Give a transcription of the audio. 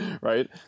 right